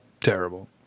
Terrible